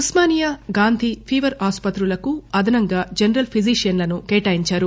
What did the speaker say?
Osmania Gandhi fever ఆస్పత్రులకు అదనంగా general ఫిజీషియన్లను కేటాయించారు